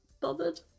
bothered